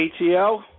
ATL